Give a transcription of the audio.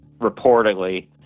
reportedly